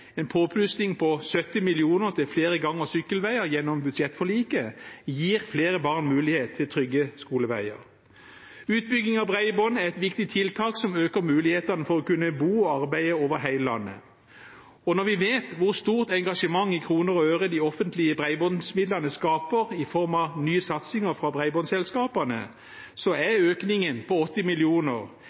En påplussing på 70 mill. kr til flere gang- og sykkelveier gjennom budsjettforliket gir flere barn en mulighet til trygge skoleveier. Utbygging av bredbånd er et viktig tiltak som øker mulighetene for å kunne bo og arbeide over hele landet. Når vi vet hvor stort engasjement i kroner og øre de offentlige bredbåndsmidlene skaper i form av nye satsinger for bredbåndsselskapene, er økningen på 80